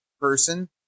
person